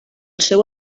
seu